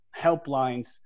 helplines